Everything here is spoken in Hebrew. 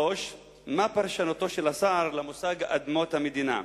3. מה היא פרשנותו של השר למושג "אדמות המדינה"?